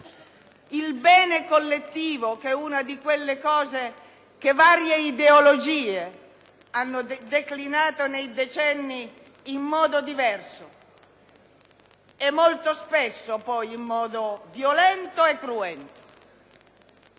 di bene collettivo, che è un concetto che varie ideologie hanno declinato nei decenni in modo diverso e molto spesso in modo violento e cruento.